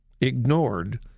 ignored